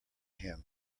him